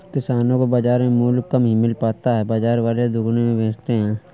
किसानो को बाजार में मूल्य कम ही मिल पाता है बाजार वाले दुगुने में बेचते है